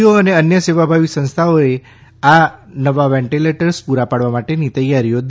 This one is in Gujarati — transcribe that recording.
ઓ અને અન્ય સેવાભાવી સંસ્થાઓએ નવા વેન્ટીલેટર્સ પૂરા પાડવા માટેની તૈયારી દર્શાવાઇ છે